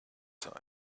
time